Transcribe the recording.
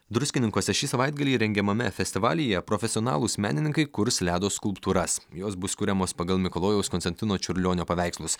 druskininkuose šį savaitgalį rengiamame festivalyje profesionalūs menininkai kurs ledo skulptūras jos bus kuriamos pagal mikalojaus konstantino čiurlionio paveikslus